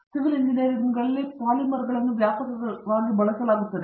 civil ಎಂಜಿನಿಯರಿಂಗ್ನಲ್ಲಿ ಪಾಲಿಮರ್ಗಳನ್ನು ವ್ಯಾಪಕವಾಗಿ ಬಳಸಲಾಗುತ್ತಿದೆ